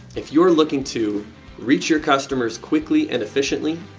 if you're looking to reach your customers quickly and efficiently,